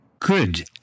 Good